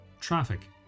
Traffic